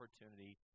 opportunity